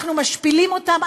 אנחנו משפילים אותם,